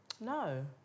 No